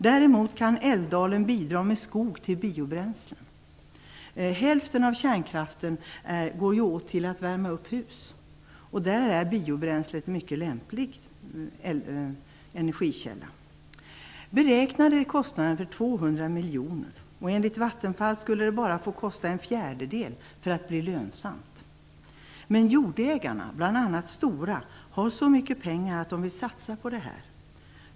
Däremot kan Älvdalen bidra med skog till biobränslen. Hälften av kärnkraften går åt till att värma upp hus och då är biobränsle en mycket lämplig energikälla. De beräknade kostnaderna är över 200 miljoner. Enligt Vattenfall skulle det bara få kosta en fjärdedel för att bli lönsamt. Men jordägarna, bl.a. Stora, har så mycket pengar att de vill satsa på detta.